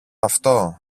αυτό